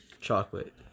chocolate